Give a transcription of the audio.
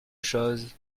chose